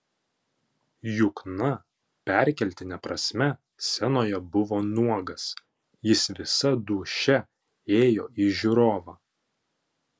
jukna perkeltine prasme scenoje buvo nuogas jis visa dūšia ėjo į žiūrovą